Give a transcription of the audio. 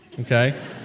okay